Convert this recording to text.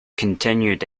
continued